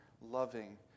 loving